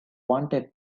wanted